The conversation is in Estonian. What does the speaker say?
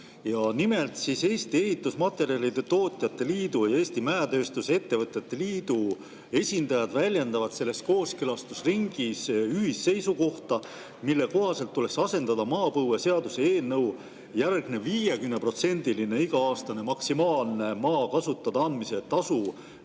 Nimelt, Eesti Ehitusmaterjalide Tootjate Liidu ja Eesti Mäetööstuse Ettevõtete Liidu esindajad väljendavad selles kooskõlastusringis ühist seisukohta, et maapõueseaduse eelnõu järgne 50%-line iga-aastane maksimaalne maa kasutada andmise tasu